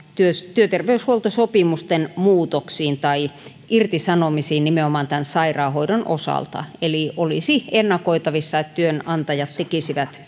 työterveyshuoltosopimusten muutoksiin tai irtisanomisiin nimenomaan tämän sairaanhoidon osalta eli olisi ennakoitavissa että työnantajat